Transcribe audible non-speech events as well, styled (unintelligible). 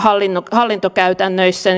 hallintokäytännöissä (unintelligible)